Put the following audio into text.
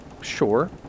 Sure